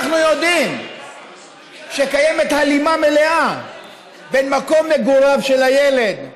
אנחנו יודעים שקיימת הלימה מלאה בין מקום מגוריו של הילד,